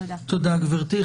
תודה, גברתי.